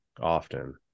Often